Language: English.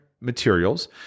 materials